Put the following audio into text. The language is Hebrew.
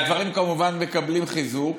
הדברים, כמובן, מקבלים חיזוק